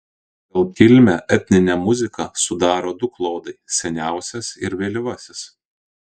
pagal kilmę etninę muziką sudaro du klodai seniausias ir vėlyvasis